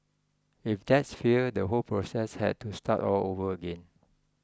if that failed the whole process had to start all over again